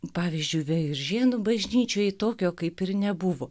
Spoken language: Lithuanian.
pavyzdžiui veiviržėnų bažnyčioj tokio kaip ir nebuvo